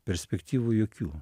perspektyvų jokių